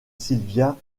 sylvia